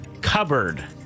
cupboard